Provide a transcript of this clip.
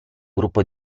gruppo